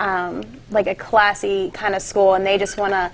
in like a classy kind of school and they just want to